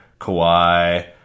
Kawhi